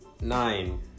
nine